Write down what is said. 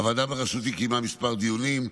הוועדה בראשותי קיימה כמה דיונים,